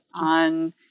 on